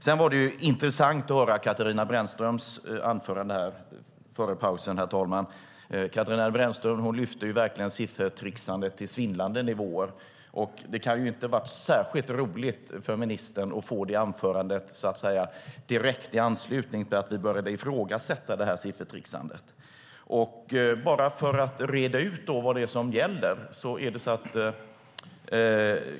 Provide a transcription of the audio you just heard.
Sedan var det intressant att höra Katarina Brännströms anförande. Hon lyfte verkligen siffertricksandet till svindlande nivåer. Det kan inte ha varit särskilt roligt för ministern att få det anförandet direkt i anslutning till att vi började ifrågasätta siffertricksandet. Låt mig reda ut vad det är som gäller.